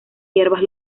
hierbas